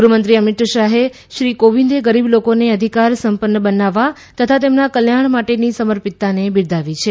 ગૃહમંત્રી અમિત શાહે શ્રી કોવિંદે ગરીબ લોકોને અધિકાર સંપન્ન બનાવવા તથા તેમના કલ્યાણ માટેની સમર્પિતતાને બિરદાવી છે